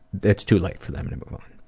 that's too late for them to move on.